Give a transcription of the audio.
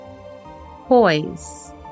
Poise